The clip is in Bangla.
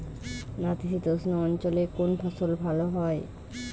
নাতিশীতোষ্ণ অঞ্চলে কোন ফসল ভালো হয়?